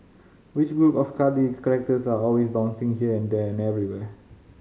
which group of cuddly characters are always bouncing here and there and everywhere